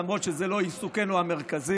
למרות שזה לא עיסוקנו המרכזי,